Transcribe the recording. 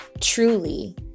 truly